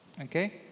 okay